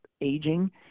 aging